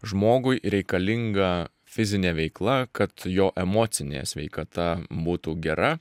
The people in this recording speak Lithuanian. žmogui reikalinga fizinė veikla kad jo emocinė sveikata būtų gera